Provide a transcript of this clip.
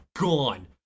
gone